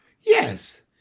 Yes